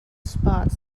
sports